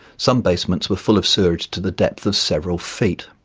some basements were full of sewerage to the depth of several feet.